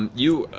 um you,